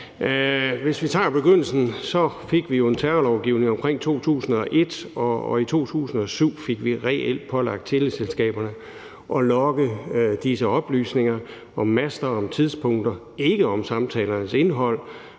jeg sige, at vi jo fik en terrorlovgivning omkring 2001, og i 2007 fik vi reelt pålagt teleselskaberne at logge disse oplysninger om master, om tidspunkter, ikke om samtalernes indhold,